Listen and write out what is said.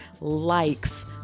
likes